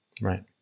Right